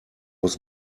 was